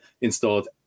installed